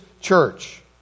church